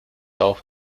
auch